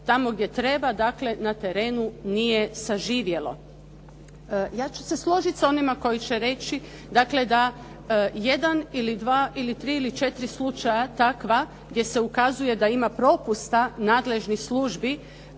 tamo gdje treba, dakle, na terenu nije zaživjelo. Ja ću se složiti sa onima koji će reći, dakle, da jedan ili dva, ili tri ili četiri slučaja takva gdje se ukazuje da ima propusta nadležnih službi